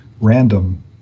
random